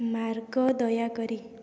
ମାର୍ଗ ଦୟାକରି